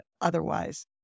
otherwise